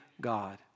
God